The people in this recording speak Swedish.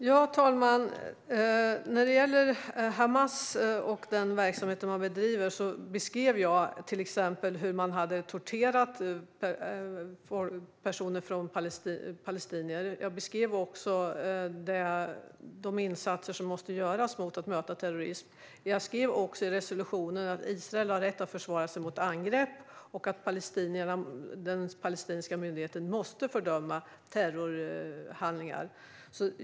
Fru talman! När det gäller Hamas och den verksamhet som de bedriver beskrev jag till exempel hur man hade torterat palestinier. Jag beskrev också de insatser som måste göras för att möta terrorism. Jag skrev också i resolutionen att Israel har rätt att försvara sig mot angrepp och att den palestinska myndigheten måste fördöma terrorhandlingar.